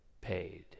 paid